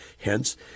Hence